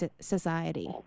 society